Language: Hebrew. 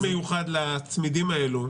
אולי נאשר תקציב מיוחד לצמידים האלו?